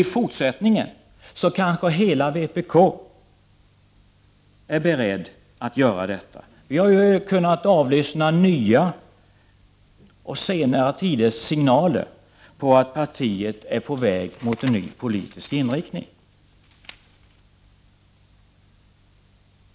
I fortsättningen kanske hela partiet är berett att göra detta. Vi har ju kunnat avlyssna senare tiders nya signaler om att partiet är på väg mot en ny politisk inriktning.